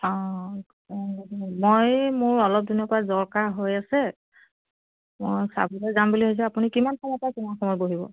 অ' মই মোৰ অলপ দিনৰ পৰা জ্বৰ কাঁহ হৈ আছে যাম বুলি ভাবিছিলোঁ আপুনি কিমান সময় পৰা কিমান সময় বহিব